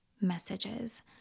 messages